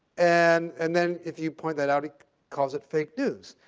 and and then if you point that out, he calls it fake news.